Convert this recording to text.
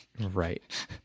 Right